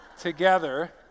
together